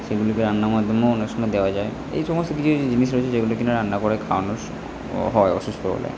সেগুলিকে রান্নার মাধ্যমেও অনেক সময় দেওয়া যায় এই সমস্ত কিছু কিছু জিনিস রয়েছে যেগুলো কিনা রান্না করে খাওয়ানো স্ ও হয় অসুস্থ হলে